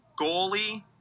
goalie